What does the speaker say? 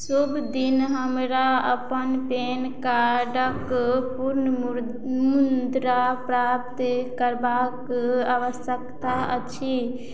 शुभ दिन हमरा अपन पैन कार्डक पुनर्मुद्रण प्राप्त करबाक आवश्यकता अछि